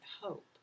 hope